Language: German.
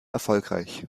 erfolgreich